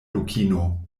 dukino